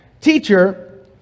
teacher